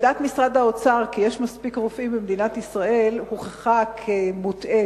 עמדת משרד האוצר שיש מספיק רופאים במדינת ישראל הוכחה כמוטעית.